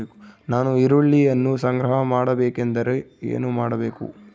ನಾನು ಈರುಳ್ಳಿಯನ್ನು ಸಂಗ್ರಹ ಮಾಡಬೇಕೆಂದರೆ ಏನು ಮಾಡಬೇಕು?